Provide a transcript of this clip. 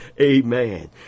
Amen